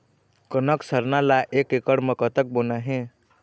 कनक सरना ला एक एकड़ म कतक बोना हे?